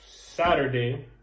Saturday